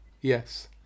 yes